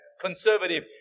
conservative